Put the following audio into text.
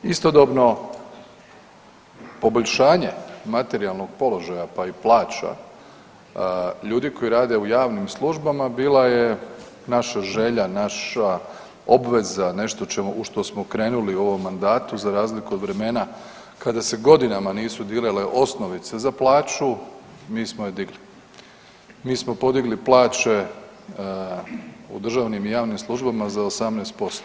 Istodobno poboljšanje materijalnog položaja, pa i plaća ljudi koji rade u javnim službama, bila je naša želja, naša obveza, nešto u što smo krenuli u ovom mandatu za razliku od vremena kada se godinama nisu dirale osnovice za plaću, mi smo je, mi smo podigli plaće u državnim i javnim službama za 18%